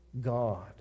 God